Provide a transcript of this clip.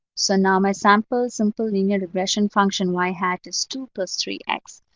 so now my sample, simple linear regression function y hat is two plus three x.